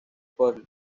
pearl